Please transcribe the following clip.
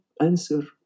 answer